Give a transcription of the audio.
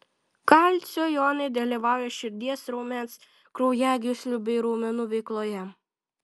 kalcio jonai dalyvauja širdies raumens kraujagyslių bei raumenų veikloje